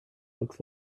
looks